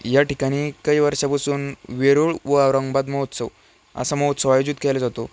या ठिकाणी काही वर्षापासून वेरूळ व औरंगबाद महोत्सव असा महोत्सव आयोजित केला जातो